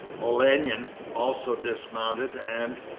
olenin also dismounted and,